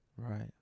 Right